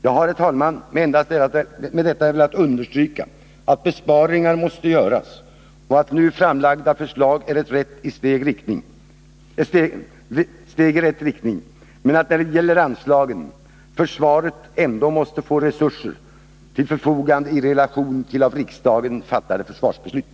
Jag har, herr talman, med detta endast velat understryka att besparingar måste göras och att nu framlagda förslag är ett steg i rätt riktning men att när det gäller anslagen försvaret ändå måste få resurser till sitt förfogande i relation till av riksdagen fattade försvarsbeslut.